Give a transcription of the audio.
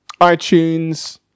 iTunes